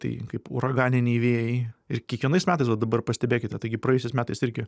tai kaip uraganiniai vėjai ir kiekvienais metais va dabar pastebėkite taigi praėjusiais metais irgi